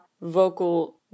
vocal